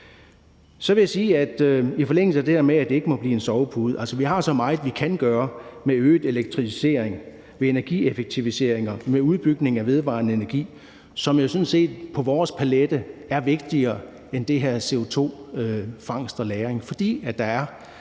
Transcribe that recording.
Så vil jeg sige i forlængelse af det der med, at det ikke må blive en sovepude: Altså, vi har så meget, vi kan gøre med øget elektrificering, ved energieffektiviseringer, med udbygning af vedvarende energi, som jo sådan set på vores palet er vigtigere end det her med CO2-fangst og -lagring, fordi der er